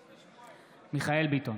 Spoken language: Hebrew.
בעד מיכאל מרדכי ביטון,